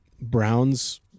Browns